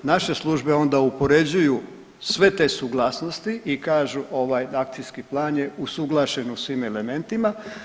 Naše službe onda upoređuju sve te suglasnosti i kažu ovaj akcijski plan je usuglašen u svim elementima.